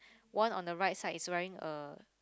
one on the right side is wearing a